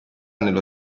nello